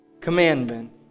commandment